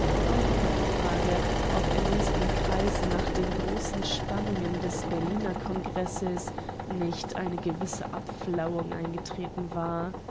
auch war die frage ob in unseren kreisen nach den großen spannungen des berliner kongresses nicht eine gewisse abflauung eingetreten war